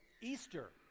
Easter